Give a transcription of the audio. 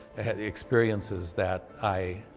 have the experiences that i